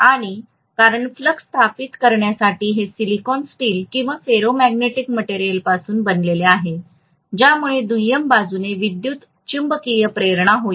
आणि कारण फ्लक्स स्थापित करण्यासाठी हे सिलिकॉन स्टील किंवा फेरोमॅग्नेटिक मटेरियलपासून बनलेले आहे ज्यामुळे दुय्यम बाजूने विद्युत चुंबकीय प्रेरणा होईल